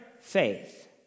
faith